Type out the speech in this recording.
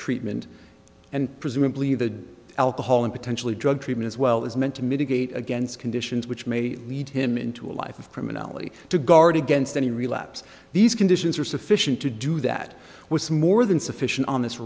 treatment and presumably the alcohol and potentially drug treatments well is meant to mitigate against conditions which may lead him into a life of criminality to guard against any relapse these conditions are sufficient to do that was more than sufficient on